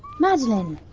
madeleine.